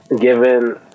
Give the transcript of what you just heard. given